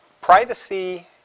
privacy